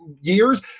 years